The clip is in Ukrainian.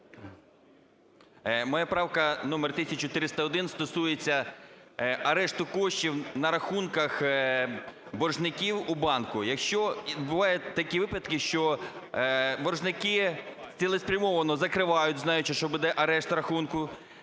Моя правка номер 1301 стосується арешту коштів на рахунках боржників у банку. Якщо бувають такі випадки, що боржники цілеспрямовано закривають, знаючи, що буде арешт рахунку,